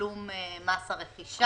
לתשלום מס הרכישה.